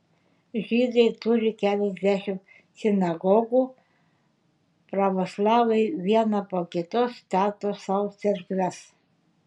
žydai turi keliasdešimt sinagogų pravoslavai vieną po kitos stato sau cerkves